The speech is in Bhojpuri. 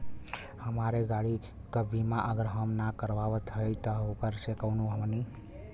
हमरे गाड़ी क बीमा अगर हम ना करावत हई त ओकर से कवनों हानि?